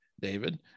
David